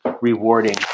rewarding